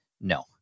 No